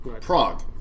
Prague